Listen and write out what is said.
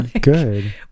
Good